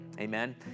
Amen